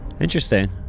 Interesting